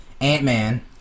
ant-man